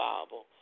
Bible